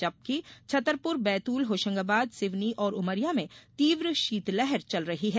जबकि छतरपुर बैतूल होषंगाबाद सिवनी और उमरिया में तीव्र शीतलहर चल रही है